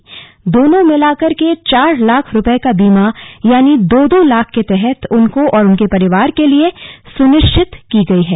यानि दोनों मिलाकर के चार लाख रूपए का बीमा यानि दो दो लाख के तहत उनको और उनके परिवार के लिए सुनिश्चित की गई है